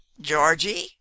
Georgie